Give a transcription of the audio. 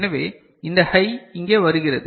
எனவே இந்த ஹை இங்கே வருகிறது